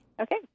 Okay